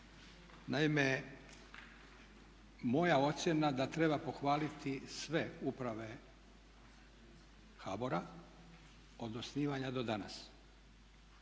Naime, moja ocjena da treba pohvaliti sve uprave HBOR-a od osnivanja do danas.